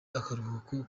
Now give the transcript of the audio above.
akaruhuko